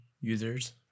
users